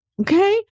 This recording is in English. okay